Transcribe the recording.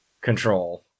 control